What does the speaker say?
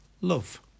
love